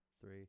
three